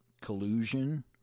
collusion